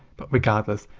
but regardless,